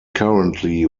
currently